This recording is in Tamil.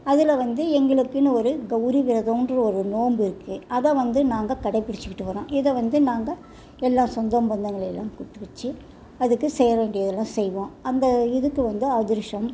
அதில் வந்து எங்களுக்குன்னு ஒரு கௌரி விரதோம்ன்ற ஒரு நோன்பு இருக்குது அதை வந்து நாங்கள் கடைப்பிடிச்சிக்கிட்டு வரோம் இதை வந்து நாங்கள் எல்லா சொந்தம் பந்தங்களை எல்லாம் கூப்பிட்டு வச்சி அதுக்கு செய்ய வேண்டியதுலாம் செய்வோம் அந்த இதுக்கு வந்து அதிரசம்